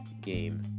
game